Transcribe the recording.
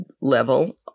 level